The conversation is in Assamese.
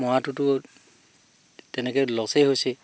মৰাটোতো তেনেকৈ লচেই হৈছেই